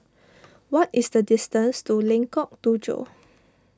what is the distance to Lengkok Tujoh